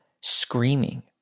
screaming